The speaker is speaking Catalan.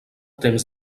temps